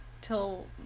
till